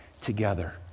together